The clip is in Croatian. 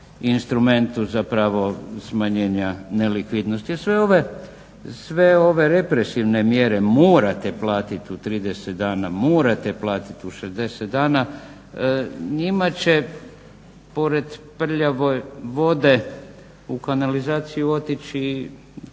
instrumentu zapravo smanjenja nelikvidnosti. A sve ove represivne mjere morate platiti u 30 dana, morate platiti u 60 dana njima će pored prljave vode u kanalizaciju otići